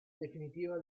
definitiva